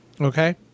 Okay